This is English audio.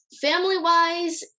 family-wise